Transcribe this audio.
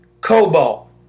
Cobalt